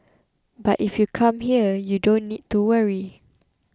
but if you come here you don't need to worry